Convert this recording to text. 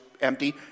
empty